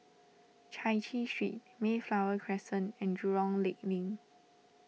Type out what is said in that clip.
Chai Chee Street Mayflower Crescent and Jurong Lake Link